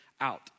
out